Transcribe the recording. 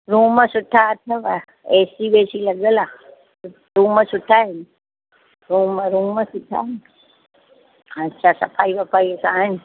room सुठा अथव A C वे सी लॻलु आहे रुम सुठा आहिनि रुम रुम सुठा आहिनि अछा सफ़ाई वफ़ाई त आहे